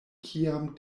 kiam